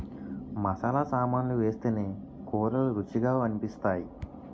మసాలా సామాన్లు వేస్తేనే కూరలు రుచిగా అనిపిస్తాయి